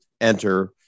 enter